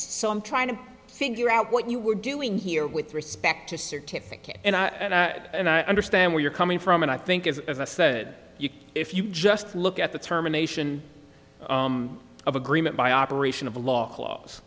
so i'm trying to figure out what you were doing here with respect to certificate and i understand where you're coming from and i think is as i said if you just look at the terminations of agreement by operation of law cl